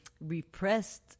repressed